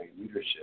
leadership